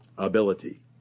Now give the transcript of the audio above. Ability